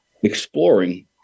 exploring